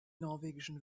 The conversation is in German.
norwegischen